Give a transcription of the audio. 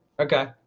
Okay